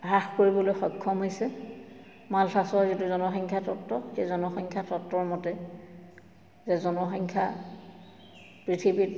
হ্ৰাস কৰিবলৈ সক্ষম হৈছে মালথাচৰ যিটো জনসংখ্যা তত্ত্ব সেই জনসংখ্যা তত্ত্বৰ মতে যে জনসংখ্যা পৃথিৱীত